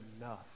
enough